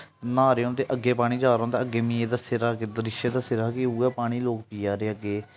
न्हाऽ दे होंदे अग्गें पानी जा रदा होंदा अग्गें में एह् दस्से दा द्रिश्श दस्से दा हा कि उ'ऐ पानी लोक पिया दे अग्गें